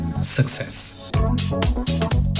success